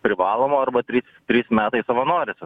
privaloma arba trys trys metai savanoriuose